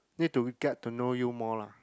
need to meet up to know you more ah